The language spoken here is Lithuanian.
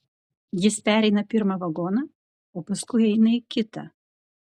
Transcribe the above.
jis pereina pirmą vagoną o paskui įeina į kitą